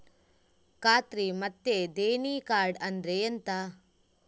ಖಾತ್ರಿ ಮತ್ತೆ ದೇಣಿ ಕಾರ್ಡ್ ಅಂದ್ರೆ ಎಂತ?